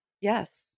Yes